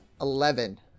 eleven